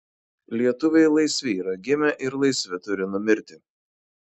lietuviai laisvi yra gimę ir laisvi turi numirti